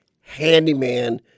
handyman